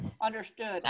Understood